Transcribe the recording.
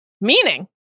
meaning